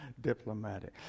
diplomatic